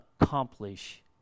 accomplish